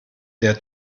der